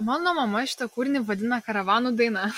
mano mama šitą kūrinį vadina karavanų daina